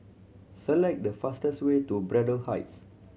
select the fastest way to Braddell Heights